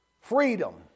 freedom